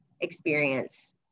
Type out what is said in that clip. experience